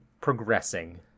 progressing